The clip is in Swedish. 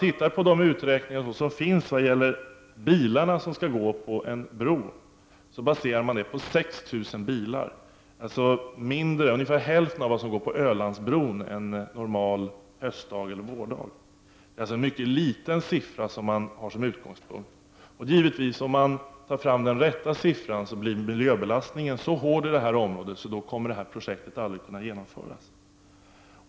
I de uträkningar som finns vad gäller bilarna som skall gå över en bro, räknar man med 6 000 bilar. Det är hälften av den trafik som går på Ölandsbron en normal hösteller vårdag. Det är ett mycket litet antal att ha som utgångspunkt. Om man tar fram det korrekta antalet finner man att miljöbelastningen blir så hård i området att projektet aldrig kan genomföras.